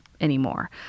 anymore